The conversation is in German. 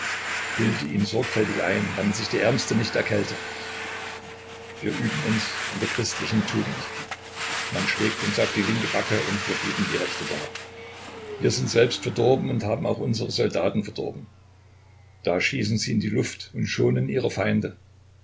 ihn sorgfältig ein damit sich der ärmste nicht erkälte wir üben uns in der christlichen tugend man schlägt uns auf die linke backe und wir bieten die rechte dar wir sind selbst verdorben und haben auch unsere soldaten verdorben da schießen sie in die luft und schonen ihre feinde